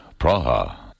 Praha